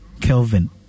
Kelvin